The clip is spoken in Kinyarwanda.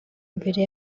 imbere